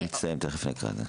היא תסיים ותכף נקרא את זה.